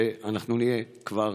שאנחנו נהיה כבר